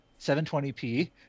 720p